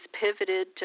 pivoted